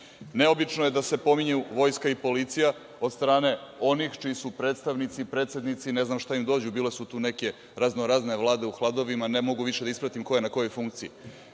je da se pominju vojska i policija od strane onih čiji su predstavnici, predstavnici, ne znam šta im dođu, bile su tu neke raznorazne vlade, ne mogu više da ispratim ko je na kojoj funkciji,